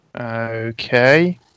Okay